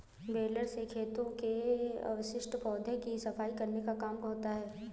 baler से खेतों के अवशिष्ट पौधों की सफाई करने का काम होता है